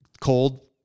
cold